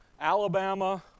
Alabama